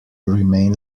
remain